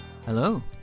Hello